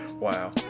Wow